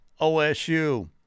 OSU